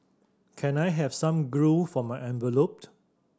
can I have some grue for my envelopes